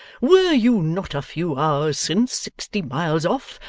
were you not a few hours since, sixty miles off,